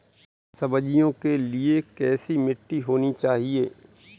सब्जियों के लिए कैसी मिट्टी होनी चाहिए?